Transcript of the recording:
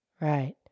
Right